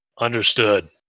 Understood